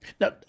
Now